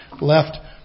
left